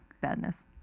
badness